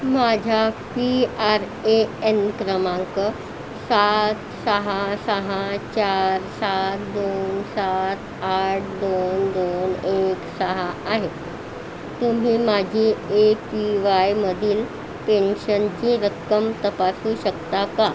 माझा P R A N क्रमांक सात सहा सहा चार सात दोन सात आठ दोन दोन एक सहा आहे तुम्ही माझी ए पी वायमधील पेन्शनची रक्कम तपासू शकता का